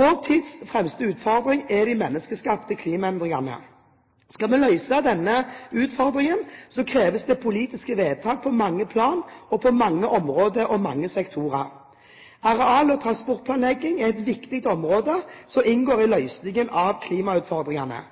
Vår tids fremste utfordring er de menneskeskapte klimaendringene. Skal vi løse denne utfordringen, kreves det politiske vedtak på mange plan, på mange områder og på mange sektorer. Areal- og transportplanlegging er et viktig område som inngår i